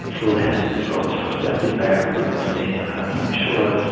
who headed his role as first deputy mayor previously tony shaw, as